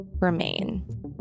remain